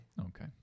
Okay